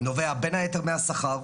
נובע בין היתר מהשכר.